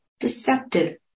deceptive